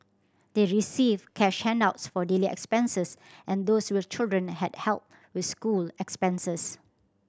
they received cash handouts for daily expenses and those with children had help with school expenses